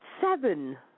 seven